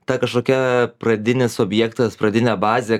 ta kažkokia pradinis objektas pradinė bazė